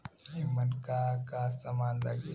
ईमन का का समान लगी?